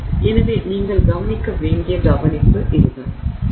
எனவே நீங்கள் கவனிக்க வேண்டிய கவனிப்பு இதுதான்